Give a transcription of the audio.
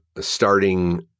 starting